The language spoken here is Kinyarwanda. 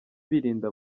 birinda